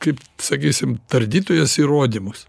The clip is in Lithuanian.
kaip sakysim tardytojas įrodymus